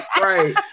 Right